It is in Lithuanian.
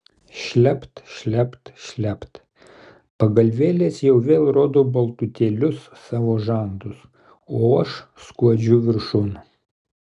šlept šlept šlept pagalvėlės jau vėl rodo baltutėlius savo žandus o aš skuodžiu viršun